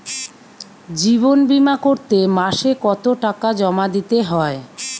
জীবন বিমা করতে মাসে কতো টাকা জমা দিতে হয়?